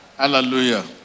Hallelujah